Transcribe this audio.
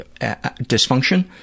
dysfunction